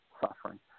suffering